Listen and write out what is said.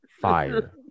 fire